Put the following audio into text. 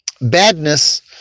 Badness